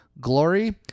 Glory